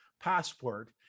passport